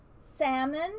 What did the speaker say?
Salmon